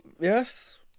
yes